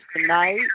tonight